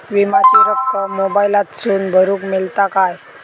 विमाची रक्कम मोबाईलातसून भरुक मेळता काय?